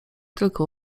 tylko